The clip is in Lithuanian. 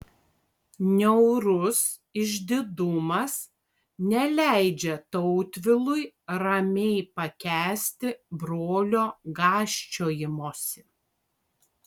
niaurus išdidumas neleidžia tautvilui ramiai pakęsti brolio gąsčiojimosi